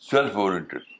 Self-oriented